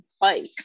bike